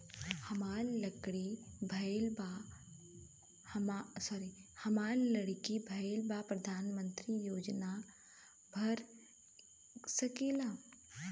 हमार लड़की भईल बा प्रधानमंत्री योजना भर सकीला?